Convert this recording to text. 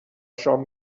شام